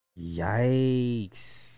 Yikes